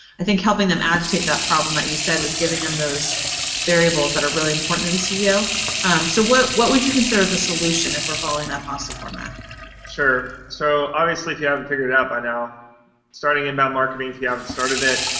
i think helping them agitate that problem that you said with giving them those variables that are really important to the ceo so what what would you consider the solution, if we're following that pasta format? robb bailey sure. so, obviously, if you haven't figured it out by now starting inbound marketing if you haven't started it.